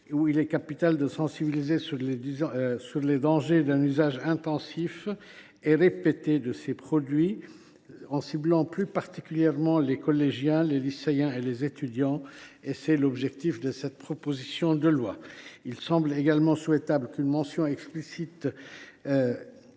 Il est capital de sensibiliser la population sur les dangers d’un usage intensif et répété de ce produit, en ciblant plus particulièrement les collégiens, les lycéens et les étudiants. Tel est l’objectif de cette proposition de loi. Il semble également souhaitable que soit imposée